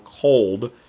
cold